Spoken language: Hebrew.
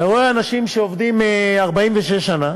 ורואה אנשים שעובדים 46 שנה